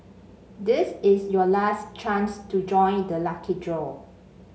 this is your last chance to join the lucky draw